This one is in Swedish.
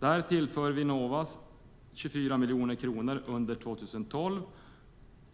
Därför tillförs Vinnova 24 miljoner kronor under 2012